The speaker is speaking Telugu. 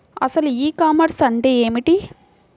అసలు ఈ కామర్స్ అంటే ఏమిటి?